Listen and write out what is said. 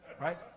Right